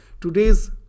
Today's